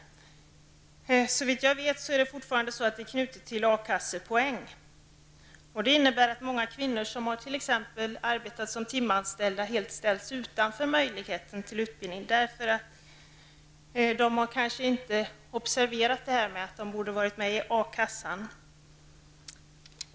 Såvitt jag vet är detta fortfarande knutet till A-kassepoäng. Det innebär att många kvinnor som t.ex. har arbetat som timanställda helt ställs utanför möjligheten till utbildning, eftersom de kanske inte har observerat att de borde ha varit med i A-kassan.